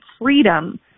freedom